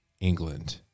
England